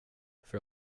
för